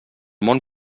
món